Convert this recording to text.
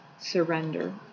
surrender